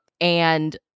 And-